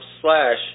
slash